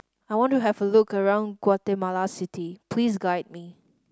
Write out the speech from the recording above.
I want to have a look around Guatemala City please guide me